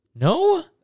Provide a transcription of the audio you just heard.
No